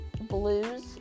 blues